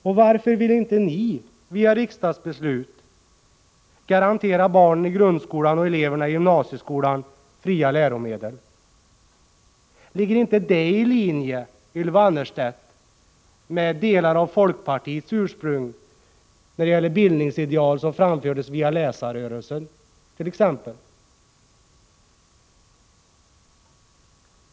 Och varför vill ni inte via riksdagsbeslut garantera barnen i grundskolan och eleverna i gymnasieskolan fria läromedel? Ligger inte det, Ylva Annerstedt, i linje med delar av folkpartiets ursprung i fråga om bildningsideal som framfördes via t.ex. läsarrörelsen?